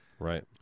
Right